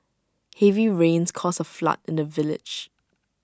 heavy rains caused A flood in the village